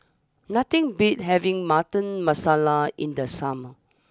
nothing beats having Butter Masala in the summer